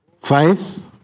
faith